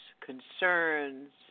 concerns